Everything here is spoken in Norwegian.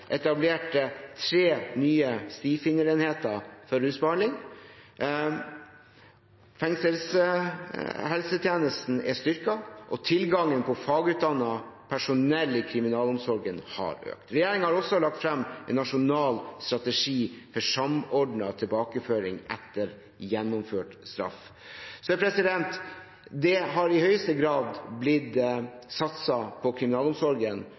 tre nye stifinnerenheter for rusbehandling. Fengselshelsetjenesten er styrket, og tilgangen på fagutdannet personell i kriminalomsorgen har økt. Regjeringen har også lagt frem en nasjonal strategi for samordnet tilbakeføring etter gjennomført straff. Så det har i høyeste grad blitt satset på kriminalomsorgen,